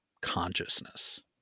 consciousness